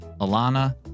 Alana